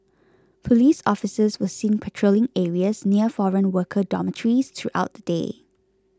police officers were seen patrolling areas near foreign worker dormitories throughout the day